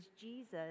Jesus